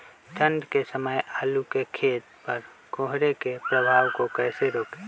ठंढ के समय आलू के खेत पर कोहरे के प्रभाव को कैसे रोके?